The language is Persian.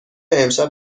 امشب